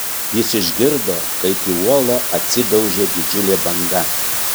ji išgirdo kaip į uolą atsidaužė didžiulė banga